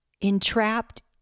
entrapped